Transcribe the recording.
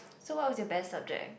so what was your best subject